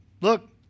Look